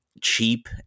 cheap